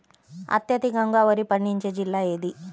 అత్యధికంగా వరి పండించే జిల్లా ఏది?